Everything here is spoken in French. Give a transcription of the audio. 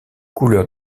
couleur